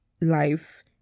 life